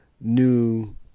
new